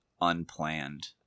unplanned